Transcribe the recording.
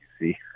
see